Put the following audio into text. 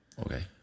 Okay